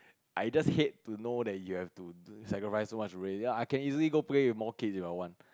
I just hate to know that you have to sacrifice so much already I can easily go play with more kids if I want